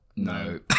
No